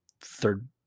third